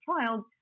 child